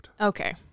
Okay